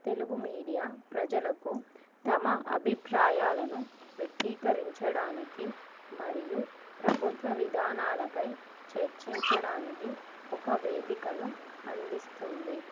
Telugu media ప్రజలకు తమ అభిప్రాయాలను వ్యక్తీకరించడానికి మరియు ప్రభుత్వ విధానాలపై చర్చించడానికి ఒక వేదికను అందిస్తుంది